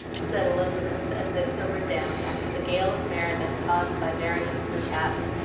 said elizabeth, as they sobered down after the gale of merriment caused by marion's mishaps,